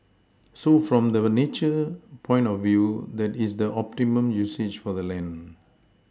so from the nature point of view that is the optimum usage for the land